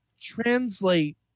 translate